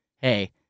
Hey